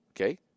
Okay